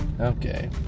Okay